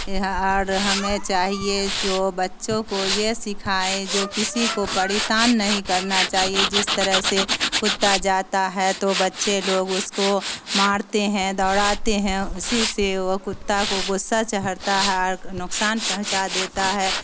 اور ہمیں چاہیے جو بچوں کو یہ سکھائے جو کسی کو پریشان نہیں کرنا چاہیے جس طرح سے کتا جاتا ہے تو بچے لوگ اس کو مارتے ہیں دوڑاتے ہیں اسی سے وہ کتا کو غصہ چڑھتا ہے اور نقصان پہنچا دیتا ہے